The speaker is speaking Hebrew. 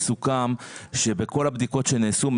סוכם שבכל הבדיקות שנעשו,